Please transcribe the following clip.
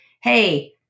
Hey